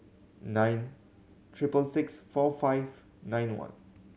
nine triple six four five nine one